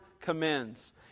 commends